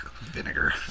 vinegar